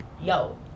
yo